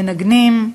מנגנים.